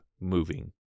moving